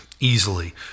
easily